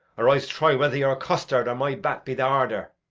or ise try whether your costard or my ballow be the harder.